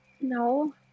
No